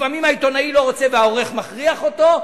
לפעמים העיתונאי לא רוצה והעורך מכריח אותו.